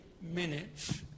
minutes